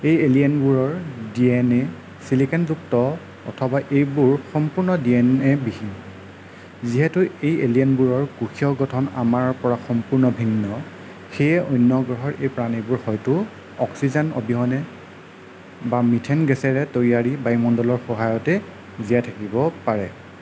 এই এলিয়েনবোৰৰ ডিএনএ চিলিকনযুক্ত অথবা এইবোৰ সম্পূৰ্ণ ডিএনএ বিহীন যিহেতু এই এলিয়েনবোৰৰ কোষীয় গঠন আমাৰ পৰা সম্পূৰ্ণ ভিন্ন সেয়ে অন্য গ্ৰহৰ এই প্ৰাণীবোৰ হয়টো অক্সিজেন অবিহনে বা মিথেন গেছেৰে তৈয়াৰী বায়ুমণ্ডলৰ সহায়তে জীয়াই থাকিব পাৰে